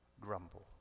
grumble